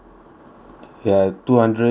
ya two hundred to